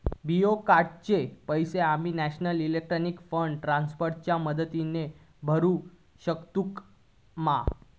BOI कार्डाचे पैसे आम्ही नेशनल इलेक्ट्रॉनिक फंड ट्रान्स्फर च्या मदतीने भरुक शकतू मा?